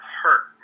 hurt